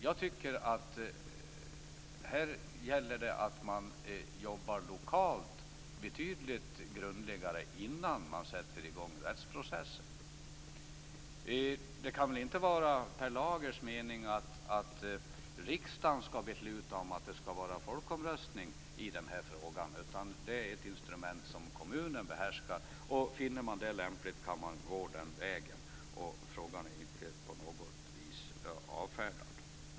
Jag tycker att man lokalt skall jobba betydligt grundligare innan man sätter i gång den rättsliga proceduren. Det kan väl inte vara Per Lagers mening att riksdagen skall besluta om folkomröstning i den här frågan. Det är ett instrument som kommunen behärskar. Finner man det lämpligt, kan man gå den vägen.